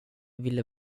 ville